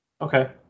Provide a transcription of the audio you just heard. okay